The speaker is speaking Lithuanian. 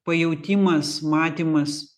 pajautimas matymas